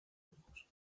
burgos